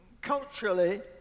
culturally